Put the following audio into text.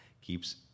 keeps